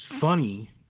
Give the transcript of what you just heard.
funny